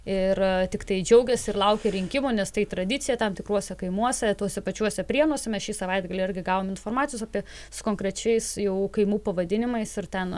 ir tiktai džiaugiasi ir laukia rinkimų nes tai tradicija tam tikruose kaimuose tose pačiuose prienuose mes šį savaitgalį irgi gaunu informacijos apie su konkrečiais jau kaimų pavadinimais ir ten